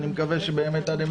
אני מקווה שעד אמצע